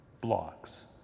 blocks